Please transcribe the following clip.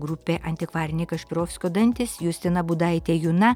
grupė antikvariniai kašpirovskio dantys justina budaitė juna